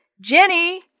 Jenny